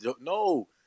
No